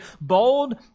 bold